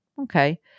Okay